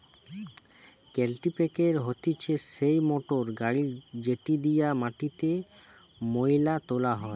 কাল্টিপ্যাকের হতিছে সেই মোটর গাড়ি যেটি দিয়া মাটিতে মোয়লা তোলা হয়